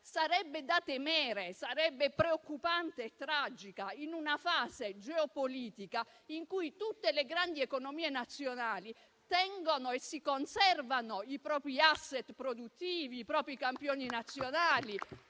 sarebbe da temere, sarebbe preoccupante e tragica, in una fase geopolitica in cui tutte le grandi economie nazionali tengono e si conservano i propri *asset* produttivi, i propri campioni nazionali.